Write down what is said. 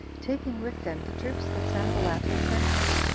taking with them the troops that sanballat had sent him,